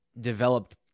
developed